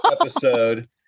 episode